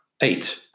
Eight